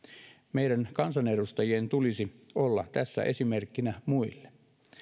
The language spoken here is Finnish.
meidän kansanedustajien tulisi olla tässä esimerkkinä muille